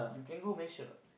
you can go measure or not